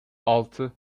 altı